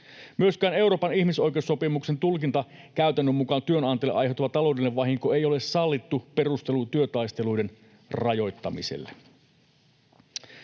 Myöskään Euroopan ihmisoikeussopimuksen tulkintakäytännön mukaan työnantajalle aiheutuva taloudellinen vahinko ei ole sallittu perustelu työtaisteluiden rajoittamiselle.